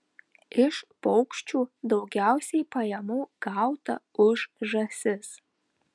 iš paukščių daugiausiai pajamų gauta už žąsis